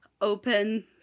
open